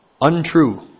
untrue